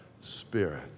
spirit